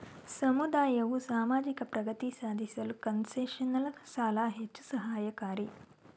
ಸಮುದಾಯವು ಸಾಮಾಜಿಕ ಪ್ರಗತಿ ಸಾಧಿಸಲು ಕನ್ಸೆಷನಲ್ ಸಾಲ ಹೆಚ್ಚು ಸಹಾಯಕಾರಿ